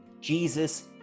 Jesus